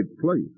place